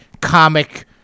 comic